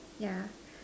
yeah